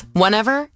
whenever